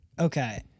okay